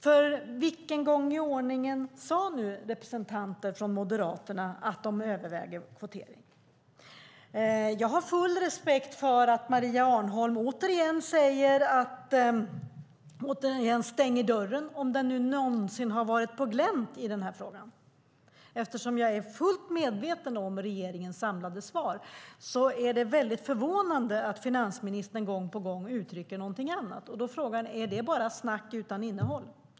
För vilken gång i ordningen sade nu representanter från Moderaterna att de överväger kvotering? Jag har full respekt för att Maria Arnholm återigen stänger dörren, om den nu någonsin har varit på glänt i den här frågan. Eftersom jag är fullt medveten om regeringens samlade svar är det mycket förvånande att finansministern gång på gång uttrycker någonting annat. Frågan är: Är det bara snack utan innehåll?